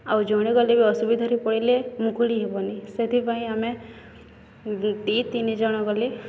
ଆଉ ଜଣେ ଗଲେ ବି ଅସୁବିଧାରେ ପଡ଼ିଲେ ମୁକୁଳି ହେବନି ସେଥିପାଇଁ ଆମେ ଦୁଇ ତିନି ଜଣ ଗଲେ